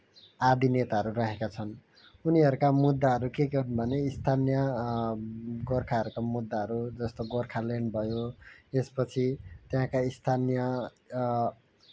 आदि नेताहरू रहेका छन् उनीहरूका मुद्दाहरू के के हुन् भने स्थानीय गोर्खाहरूको मुद्दाहरू जस्तो गोर्खाल्यान्ड भयो यसपछि त्यहाँका स्थानीय